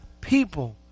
people